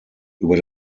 über